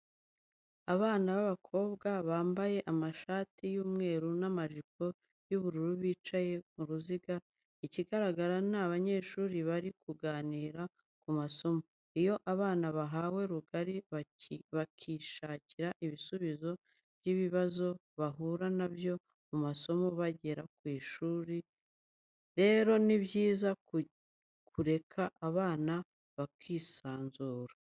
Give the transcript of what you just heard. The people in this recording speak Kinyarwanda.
Abana b'abakobwa bambaye amashati y'umweru n'amajipo y'ubururu bicaye mu ruziga, ikigaragara ni abanyeshuri bari kuganira ku masomo. Iyo abana bahawe rugari bakishakira ibisubizo by'ibibazo bahura nabyo mu masomo bagera kuri byinshi, rero ni byiza kureka abana bakisanzura.